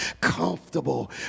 comfortable